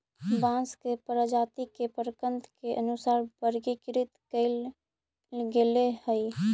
बांस के प्रजाती के प्रकन्द के अनुसार वर्गीकृत कईल गेले हई